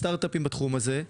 סטרטאפים בתחום הזה,